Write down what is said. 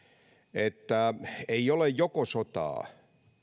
että ei ole joko sotaa